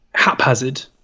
haphazard